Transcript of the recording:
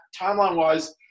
timeline-wise